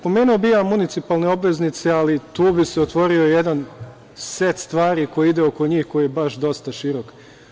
Pomenuo bih ja municipalne obveznice, ali tu bi se otvorio jedan set stvari koji ide oko njih koji je baš dosta širok.